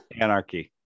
anarchy